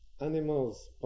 animals